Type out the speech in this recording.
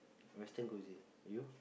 Western cuisine you